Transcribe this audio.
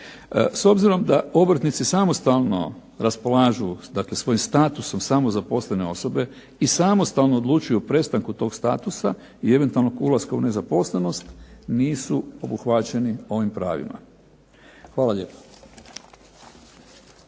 S obzirom da obrtnici samostalno raspolažu svojim statusom samozaposlene osobe i samostalno odlučuju o prestanku tog statusa i eventualnog ulaska u nezaposlenost nisu obuhvaćeni ovim pravima. Hvala lijepo.